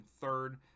third